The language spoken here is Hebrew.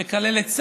לקלל את צה"ל,